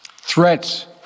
Threats